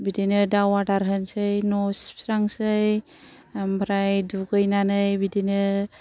बिदिनो दाव आदार होनसै न' सिबस्रांसै ओमफ्राय दुगैनानै बिदिनो